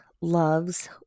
loves